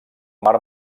mar